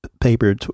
paper